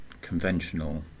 conventional